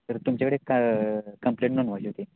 तर तुमच्याकडे का कम्प्लेंट नोंदवायची होती